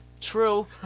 True